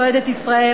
אוהדת ישראל,